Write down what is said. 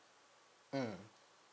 mm